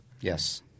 Yes